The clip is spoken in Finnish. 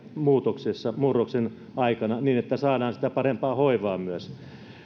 muutoksessa murroksen aikana niin että saadaan sitä parempaa hoivaa myös